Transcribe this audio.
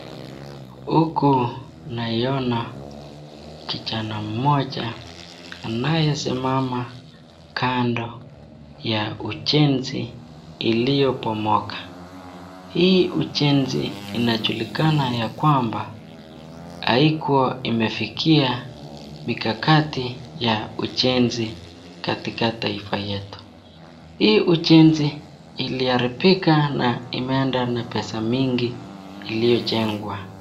Huku naiona kijana mmoja anayesimama kando ya ujenzi iliyopomoka. Hii ujenzi inajulikana ya kwamba haikuwa imefikia ukakati ya ujenzi katika taifa yetu. Hii ujenzi iliharibika na imeenda na pesa mingi iliyojengwa.